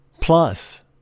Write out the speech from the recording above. Plus